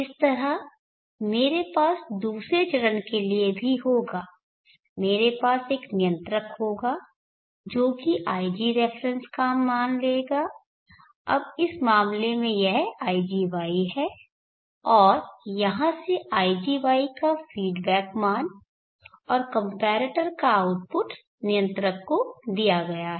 इस तरह मेरे पास दूसरे चरण के लिए भी होगा मेरे पास एक नियंत्रक होगा जो कि ig रेफरेन्स का मान लेगा अब इस मामले में यह igY है और यहाँ से igY का फ़ीडबैक मान और कम्पेरेटर का आउटपुट नियंत्रक को दिया गया है